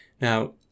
now